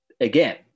again